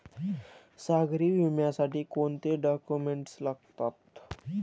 सागरी विम्यासाठी कोणते डॉक्युमेंट्स लागतात?